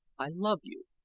i love you,